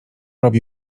robi